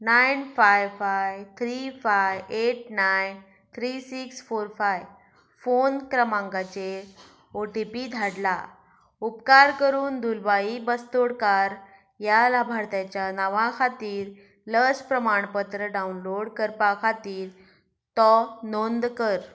nine five five three five eight nine three six four five phone क्रमांकाचेर O T P धाडला उपकार करून दुलबाई बस्तोडकार ह्या लाभार्थ्याच्या नांवा खातीर लस प्रमाणपत्र डावनलोड करपा खातीर तो नोंद कर